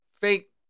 Fake